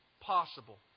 possible